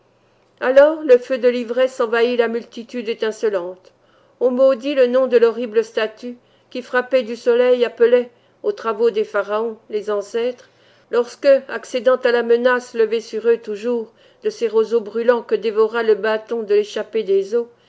alors le feu de l'ivresse envahit la multitude étincelante on maudit le nom de l'horrible statue qui frappée du soleil appelait aux travaux des pharaons les ancêtres lorsque accédant à la menace levée sur eux toujours de ces roseaux brûlants que dévora le bâton de léchappé des eaux